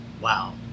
wow